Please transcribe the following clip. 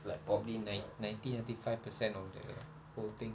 like probably nine ninety ninety five percent of the whole thing